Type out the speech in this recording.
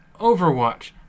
Overwatch